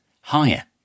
higher